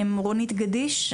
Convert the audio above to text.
רונית גדיש,